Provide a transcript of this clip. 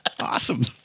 Awesome